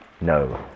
no